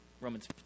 Romans